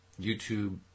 YouTube